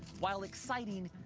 while exciting,